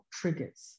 triggers